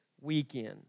weekend